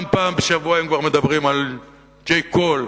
וגם פעם בשבוע, אם כבר מדברים על J call,